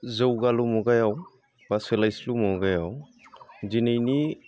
जौगालु मुगायाव बा सोलायस्लु मुगायाव दिनैनि